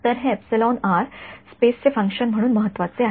तर हे epsilon R स्पेसचे फंक्शन म्हणून महत्वाचे आहे